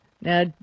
Now